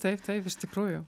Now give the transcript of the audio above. taip taip iš tikrųjų